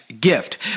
gift